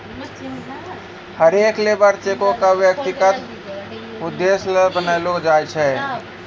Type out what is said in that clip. हरेक लेबर चेको क व्यक्तिगत उद्देश्य ल बनैलो जाय छै